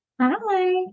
Hi